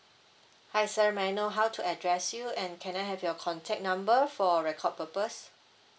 hi sir may I know how to address you and can I have your contact number for record purpose